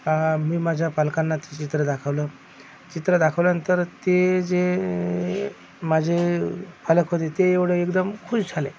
मी माझ्या पालकांना ते चित्र दाखवलं चित्र दाखवल्यानंतर ते जे माझे पालक होते ते एवढे एकदम खूश झाले